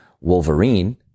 Wolverine